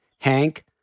Hank